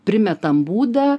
primetam būdą